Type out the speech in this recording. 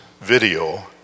video